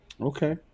Okay